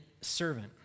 servant